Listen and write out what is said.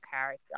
character